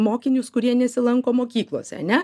mokinius kurie nesilanko mokyklose ane